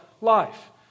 life